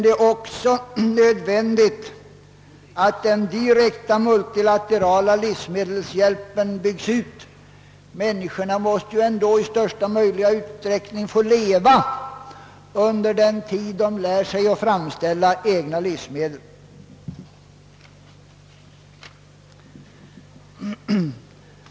Det är också nödvändigt att den direkta multilaterala livsmedelshjälpen byggs ut — människorna måste ju i största möjliga utsträckning få leva under den tid då de skall lära sig framställa egna livsmedel.